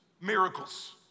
miracles